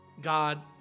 God